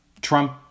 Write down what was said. Trump